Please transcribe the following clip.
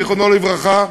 זיכרונו לברכה,